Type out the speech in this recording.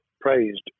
praised